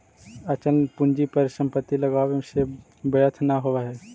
अचल पूंजी पर संपत्ति लगावे से व्यर्थ न होवऽ हई